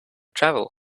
travel